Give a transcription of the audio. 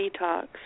detox